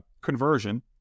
conversion